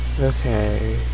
Okay